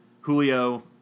Julio